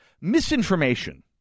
misinformation